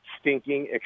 stinking